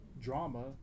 drama